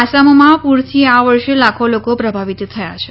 આસામમાં પૂરથી આ વર્ષે લાખો લોકો પ્રભાવિત થયા છે